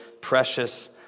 precious